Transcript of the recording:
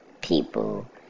people